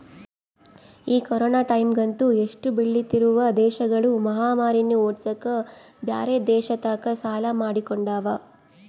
ಈ ಕೊರೊನ ಟೈಮ್ಯಗಂತೂ ಎಷ್ಟೊ ಬೆಳಿತ್ತಿರುವ ದೇಶಗುಳು ಮಹಾಮಾರಿನ್ನ ಓಡ್ಸಕ ಬ್ಯೆರೆ ದೇಶತಕ ಸಾಲ ಮಾಡಿಕೊಂಡವ